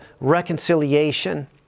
reconciliation